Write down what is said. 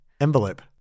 Envelope